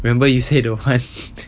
remember you said don't want